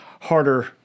harder